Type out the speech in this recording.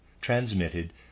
transmitted